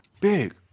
Big